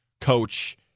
Coach